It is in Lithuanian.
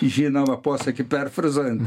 žinomą posakį perfrazuojant